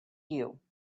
you